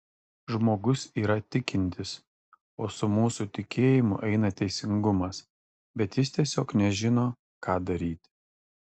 žmogus yra tikintis o su mūsų tikėjimu eina teisingumas bet jis tiesiog nežino ką daryti